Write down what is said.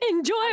enjoy